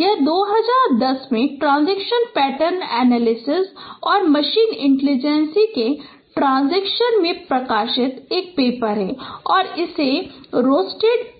यह 2010 में transactions pattern analysis और मशीन इंटेलिजेंस के ट्राजंक्शन में प्रकाशित एक पेपर है और इसे रोस्टन एट